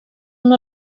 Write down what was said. una